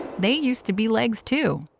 they used to be legs too.